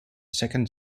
second